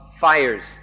fires